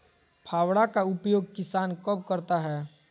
फावड़ा का उपयोग किसान कब करता है?